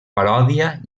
paròdia